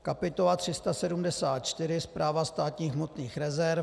Kapitola 374 Správa státních hmotných rezerv.